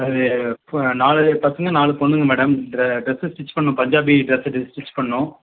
அது நாலு பசங்க நாலு பொண்ணுங்க மேடம் டிரஸ்ஸை ஸ்டிட்ச் பண்ணணும் பஞ்சாபி டிரஸ் ஸ்டிட்ச் பண்ணணும்